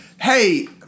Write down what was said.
hey